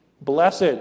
blessed